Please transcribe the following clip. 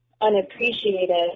unappreciated